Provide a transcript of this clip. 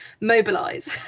mobilize